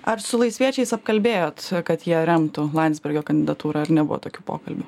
ar su laisviečiais apkalbėjot kad jie remtų landsbergio kandidatūrą ar nebuvo tokių pokalbių